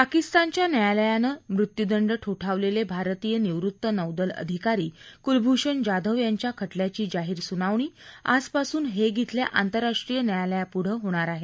पाकिस्तानच्या न्यायालयानं मृत्यूदंड ठोठावलेले भारतीय निवृत्त नौदल अधिकारी कुलभूषण जाधव यांच्या खटल्याची जाहीर सुनावणी आजपासून हेग इथल्या आतंरराष्ट्रीय न्यायालयापुढं होणार आहे